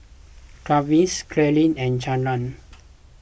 Travis Clarine and Charlene